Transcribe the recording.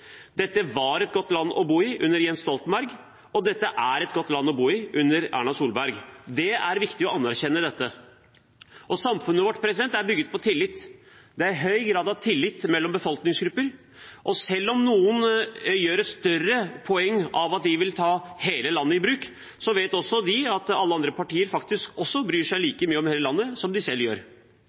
Dette var et godt land å bo i under Jens Stoltenberg, og dette er et godt land å bo i under Erna Solberg. Det er viktig å anerkjenne det. Samfunnet vårt er bygget på tillit. Det er høy grad av tillit mellom befolkningsgrupper. Selv om noen gjør et større poeng av at de vil ta hele landet i bruk, vet også de at alle andre partier faktisk bryr seg like mye om hele landet som de selv gjør.